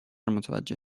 متوجه